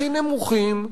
הכי נמוכים,